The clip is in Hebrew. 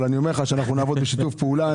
אבל אני אומר לך שאנחנו נעבוד בשיתוף פעולה,